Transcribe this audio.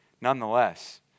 nonetheless